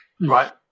Right